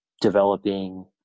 developing